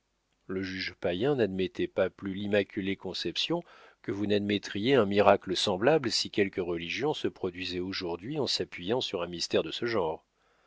le juge païen n'admettait pas plus l'immaculée conception que vous n'admettriez un miracle semblable si quelque religion se produisait aujourd'hui en s'appuyant sur un mystère de ce genre